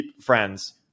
friends